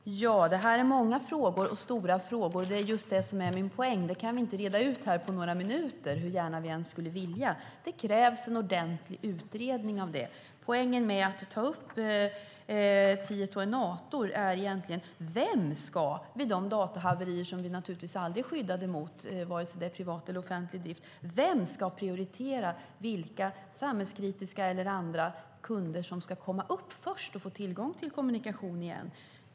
Fru talman! Det här är många och stora frågor. Det är också min poäng. Vi kan inte reda ut detta på några minuter, hur gärna vi än skulle vilja det. Det krävs en ordentlig utredning om det. Poängen med att ta upp Tieto Enator är egentligen frågan vem som ska prioritera - datorhaverier är vi naturligtvis aldrig skyddade mot oavsett om det är privat eller offentlig drift - vilka kunder, av samhällsavgörande betydelse eller inte, som ska komma upp först och få tillgång till kommunikation igen.